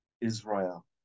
Israel